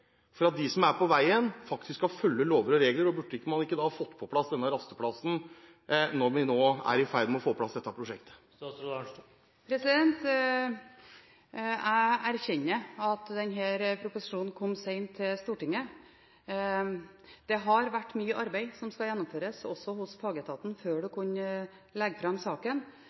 for at de som er på veien, faktisk skal følge lover og regler? Burde man ikke fått på plass denne rasteplassen når vi nå er i ferd med å få på plass dette prosjektet? Jeg erkjenner at denne proposisjonen kom sent til Stortinget. Det har vært mye arbeid som skulle gjennomføres, også hos fagetaten, før en kunne legge fram saken.